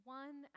one